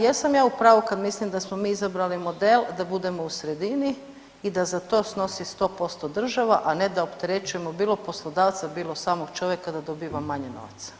Jesam ja u pravu kad mislim da smo mi izabrali model da budemo u sredini i da za to snosi 100% država, a ne da opterećujemo, bilo poslodavca, bilo samog čovjeka da dobiva manje novca.